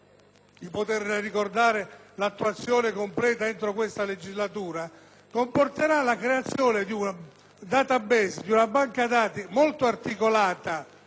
di poterne ricordare l'attuazione completa entro questa legislatura - la creazione di un *database*, di una banca dati molto articolata